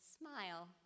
smile